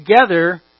together